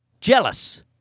jealous